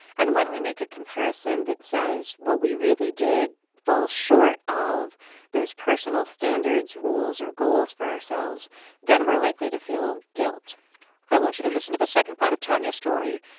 and when we make a comparison that says what we really did falls short of those personal standards, rules or goals for ourselves then we're likely to feel guilt i want you to listen to the second part of tanya's story.